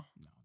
No